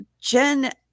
Jen